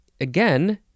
again